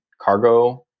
cargo